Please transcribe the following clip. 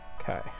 Okay